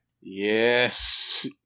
Yes